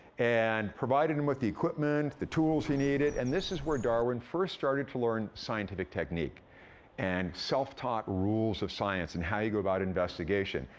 and provided him with the equipment, the tools he needed, and this is where darwin first started to learn scientific technique and self-taught rules of science and how you go about investigation.